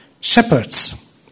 shepherds